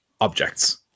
objects